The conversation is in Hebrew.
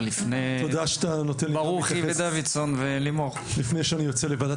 תודה שאתה נותן לי לפני שאני יוצא לוועדת